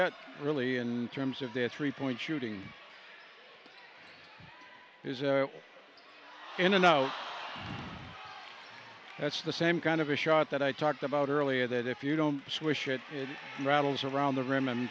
yet really in terms of the three point shooting is a in and out that's the same kind of a shot that i talked about earlier that if you don't swish it it rattles around the rim and